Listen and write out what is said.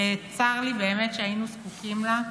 שצר לי באמת שהיינו זקוקים לה,